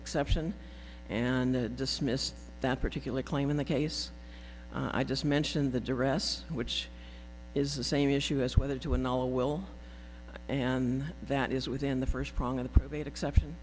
exception and dismissed that particular claim in the case i just mentioned the directs which is the same issue as whether to another will and that is within the first prong an appropriate exception